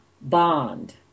bond